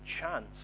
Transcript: chance